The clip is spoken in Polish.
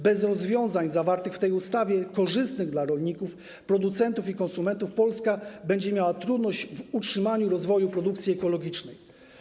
Bez rozwiązań zawartych w tej ustawie, korzystnych dla rolników, producentów i konsumentów, Polska będzie miała trudność z utrzymaniem rozwoju produkcji ekologicznej.